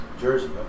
Jersey